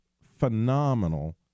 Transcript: phenomenal